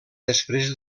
després